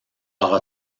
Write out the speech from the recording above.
aura